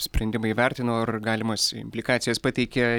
sprendimą įvertino ar galimas implikacijas pateikė